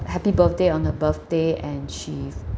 happy birthday on her birthday and she